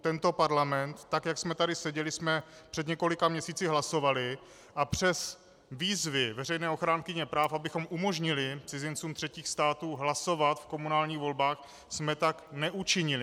Tento parlament, tak jak jsme tady seděli, jsme před několika měsíci hlasovali a přes výzvy veřejné ochránkyně práv, abychom umožnili cizincům třetích států hlasovat v komunálních volbách, jsme tak neučinili.